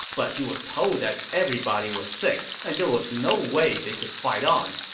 but he was told that everybody was sick and there was no way they could fight on.